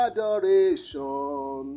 Adoration